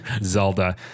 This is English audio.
Zelda